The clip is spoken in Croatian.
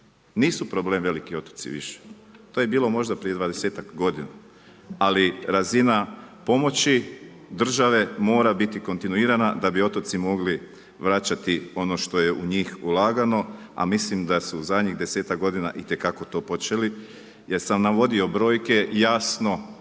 Nisu problem veliki otoci više. To je bilo možda prije 20-ak godina, ali razina pomoći države mora biti kontinuirana da bi otoci mogli vraćati ono što je u njih ulagano, a mislim da su zadnjih 10-ak godina itekako to počeli jer sam navodio brojke jasno,